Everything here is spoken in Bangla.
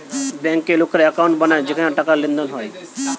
বেঙ্কে লোকেরা একাউন্ট বানায় যেখানে টাকার লেনদেন হয়